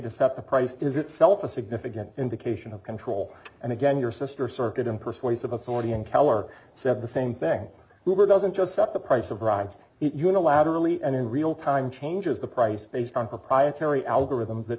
separate is itself a significant indication of control and again your sister circuit in persuasive authority and power said the same thing you were doesn't just set the price of rhymes unilaterally and in real time changes the price based on proprietary algorithms that